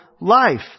life